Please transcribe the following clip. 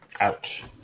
Ouch